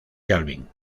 kelvin